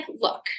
look